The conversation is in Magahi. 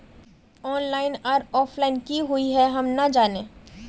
ऑनलाइन आर ऑफलाइन की हुई है हम ना जाने?